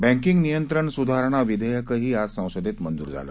banking नियंत्रण सुधारणा विधेयकही आज संसदेत मंजूर झालं